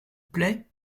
plait